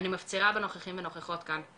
אני מפצירה בנוכחים והנוכחות כאן,